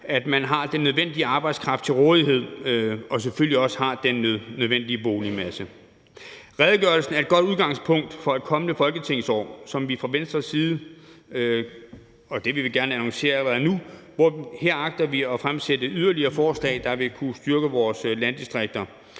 at man har den nødvendige arbejdskraft til rådighed og selvfølgelig også har den nødvendige boligmasse. Redegørelsen er et godt udgangspunkt for et kommende folketingsår, hvor vi fra Venstres side, og det vil vi gerne annoncere allerede nu, agter at fremsætte yderligere forslag, der vil kunne styrke vores landdistrikter.